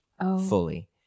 fully